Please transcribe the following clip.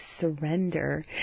surrender